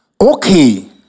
Okay